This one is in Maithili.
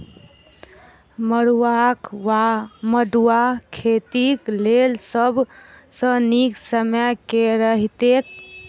मरुआक वा मड़ुआ खेतीक लेल सब सऽ नीक समय केँ रहतैक?